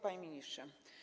Panie Ministrze!